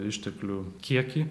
išteklių kiekį